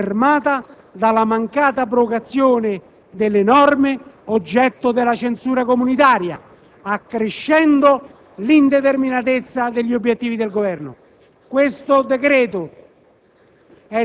confermata dalla mancata abrogazione delle norme oggetto della censura comunitaria, e accrescendo l'indeterminatezza degli obiettivi del Governo. Questo decreto